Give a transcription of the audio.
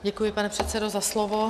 Děkuji, pane předsedo, za slovo.